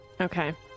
Okay